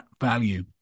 value